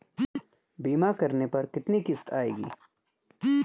बीमा करने पर कितनी किश्त आएगी?